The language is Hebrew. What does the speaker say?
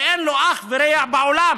שאין לו אח ורע בעולם.